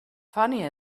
funny